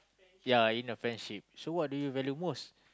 ya in the friendship so what do you value most